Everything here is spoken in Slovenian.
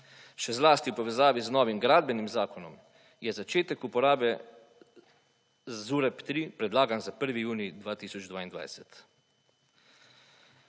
še zlasti v povezavi z novim gradbenim zakonom je začetek uporabe ZUREP3 predlagan za 1. junij 2022.